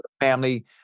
family